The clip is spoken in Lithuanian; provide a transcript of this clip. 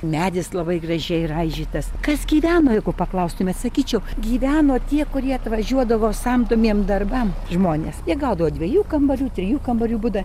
medis labai gražiai raižytas kas gyveno jeigu paklaustumėt sakyčiau gyveno tie kurie atvažiuodavo samdomiem darbam žmones jie gaudavo dviejų kambarių trijų kambarių butą